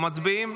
מצביעים?